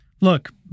look